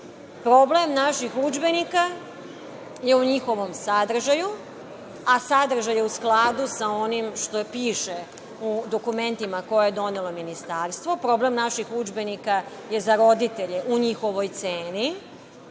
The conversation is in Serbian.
problem naših udžbenika je u njihovom sadržaju, a sadržaju je skladu sa onim što piše u dokumentima koja je donelo Ministarstvo. Problem naših udžbenika je za roditelje u njihovoj ceni